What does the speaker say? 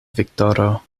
viktoro